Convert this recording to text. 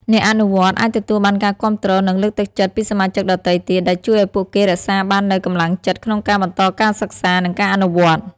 អ្នកអនុវត្តធម៌អាចទទួលបានការគាំទ្រ និងលើកទឹកចិត្តពីសមាជិកដទៃទៀត ដែលជួយឱ្យពួកគេរក្សាបាននូវកម្លាំងចិត្តក្នុងការបន្តការសិក្សា និងការអនុវត្ត។